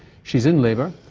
she's in labour.